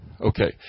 Okay